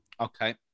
Okay